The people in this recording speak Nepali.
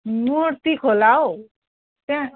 मुर्ती खोला हौ त्यहाँ